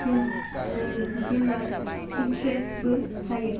game गेमआ इन्टारेस्टबो जायो